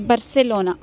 Barcelona